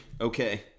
Okay